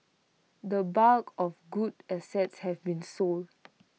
the bulk of good assets have been sold